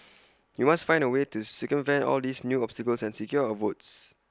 we must find A way to circumvent all these new obstacles and secure our votes